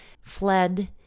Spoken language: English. fled